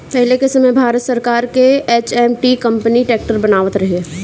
पहिले के समय भारत सरकार कअ एच.एम.टी कंपनी ट्रैक्टर बनावत रहे